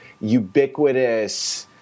ubiquitous